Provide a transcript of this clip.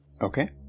Okay